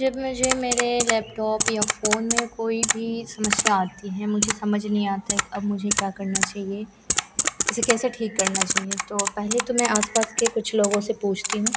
जब मुझे मेरे लैपटॉप या फ़ोन में कोई भी समस्या आती है मुझे समझ नहीं आता कि अब मुझे क्या करना चाहिए इसे कैसे ठीक करना चाहिए तो पहले तो में आस पास के कुछ लोगों से पूछती हूँ